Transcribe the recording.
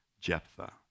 Jephthah